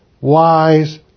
wise